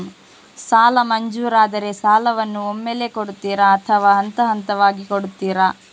ಸಾಲ ಮಂಜೂರಾದರೆ ಸಾಲವನ್ನು ಒಮ್ಮೆಲೇ ಕೊಡುತ್ತೀರಾ ಅಥವಾ ಹಂತಹಂತವಾಗಿ ಕೊಡುತ್ತೀರಾ?